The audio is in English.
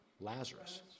Lazarus